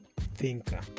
thinker